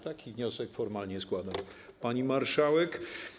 Taki wniosek formalnie składam, pani marszałek.